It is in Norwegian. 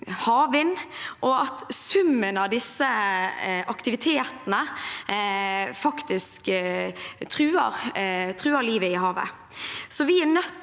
også at summen av disse aktivitetene faktisk truer livet i havet.